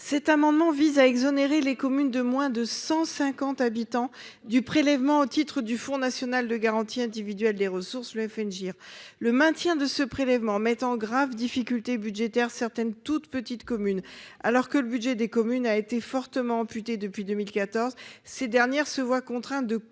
cet amendement vise à exonérer les communes de moins de 150 habitants du prélèvement au titre du Fonds national de garantie individuelle des ressources. Le FN GIR le maintien de ce prélèvement met en grave difficulté budgétaire certaines toutes petites communes. Alors que le budget des communes a été fortement amputé depuis 2014. Ces dernières se voient contraints de